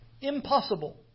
Impossible